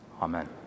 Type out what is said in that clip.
Amen